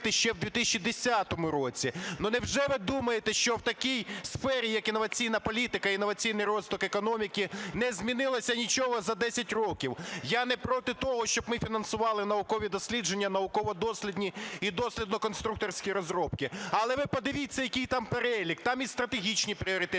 ви подивіться, який там перелік, там і стратегічні пріоритети,